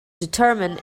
determine